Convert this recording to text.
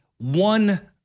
one